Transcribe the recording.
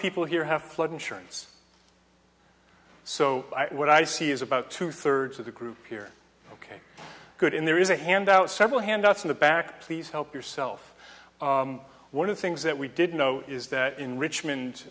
people here have flood insurance so what i see is about two thirds of the group here ok good in there is a handout several handouts in the back please help yourself one of the things that we did know is that in richmond